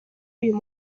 uyu